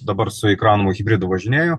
dabar su įkraunamu hibridu važinėju